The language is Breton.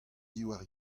diwar